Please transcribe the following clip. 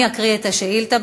אני אקריא את השאילתה,